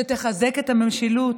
שתחזק את המשילות,